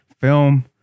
film